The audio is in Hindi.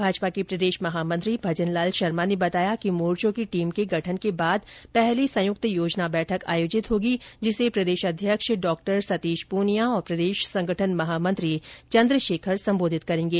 भाजपा के प्रदेश महामंत्री भजनलाल शर्मा ने बताया कि मोर्चों की टीम के गठन के बाद पहली संयुक्त योजना बैठक आयोजित होगी जिसे प्रदेशाध्यक्ष डॉ सतीश पूनियां और प्रदेश संगठन महामंत्री चन्द्रशेखर सम्बोधित करेंगे